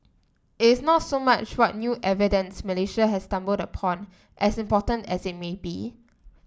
it is not so much what new evidence Malaysia has stumbled upon as important as it may be